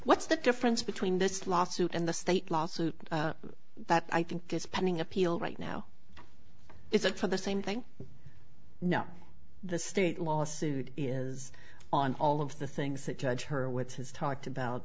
what's the difference between this lawsuit and the state lawsuit that i think is pending appeal right now is it for the same thing no the state lawsuit is on all of the things that judge her with his talked about